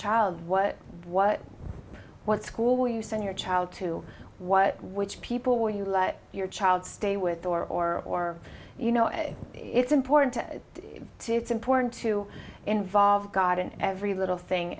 child what what what school will you send your child to what which people will you let your child stay with or you know it's important to to it's important to involve god in every little thing